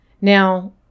Now